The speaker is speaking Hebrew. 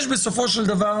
בסופו של דבר,